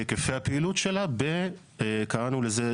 בהיקפי הפעילות שלה, קראנו לזה.